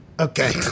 Okay